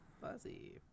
Fuzzy